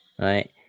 right